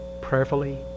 prayerfully